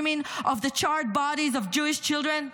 of the charred bodies of Jewish children?